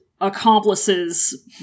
accomplices